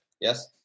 Yes